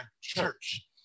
church